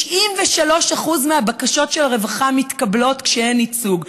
93% מהבקשות של הרווחה מתקבלות כשאין ייצוג.